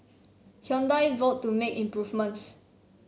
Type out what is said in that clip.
Hyundai vowed to make improvements